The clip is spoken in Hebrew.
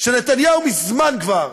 שנתניהו מזמן כבר